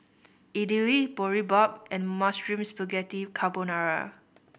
Idili Boribap and Mushroom Spaghetti Carbonara